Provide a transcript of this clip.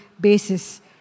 basis